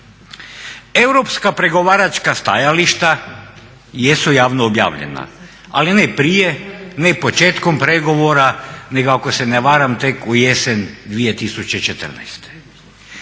Europska pregovaračka stajališta jesu javno objavljena, ali ne prije, ne početkom pregovora, nego ako se ne varam tek u jesen 2014.